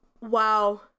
Wow